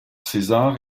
césar